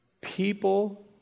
People